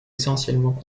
essentiellement